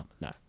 No